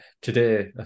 today